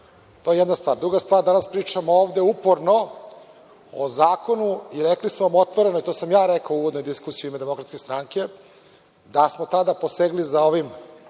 To je jedna stvar. Druga stvar, danas pričamo ovde uporno o zakonu i rekli su vam otvoreno, i to sam ja rekao u uvodnoj diskusiji u ime DS, da smo tada posegli za ovim